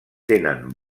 tenen